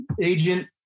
agent